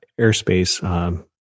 airspace